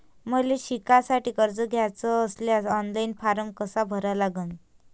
मले शिकासाठी कर्ज घ्याचे असल्यास ऑनलाईन फारम कसा भरा लागन?